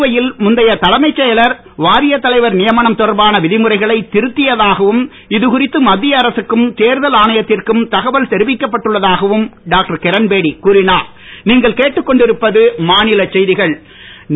புதுவையில் முந்தைய தலைமைச் செயலர் வாரியத் தலைவர் நியமனம் தொடர்பான விதிமுறைகளை திருத்தியதாகவும் இது குறித்து மத்திய அரசுக்கும் தேர்தல் ஆணையத்திற்கும் தகவல் தெரிவிக்கப் பட்டுள்ள தாகவும் டாக்டர் கிரண்பேடி கூறினுர்